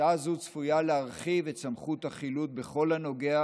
הצעה זו צפויה להרחיב את סמכות החילוט בכל הנוגע